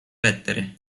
vetere